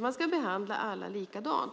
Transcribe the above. Man ska behandla alla likadant.